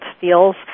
feels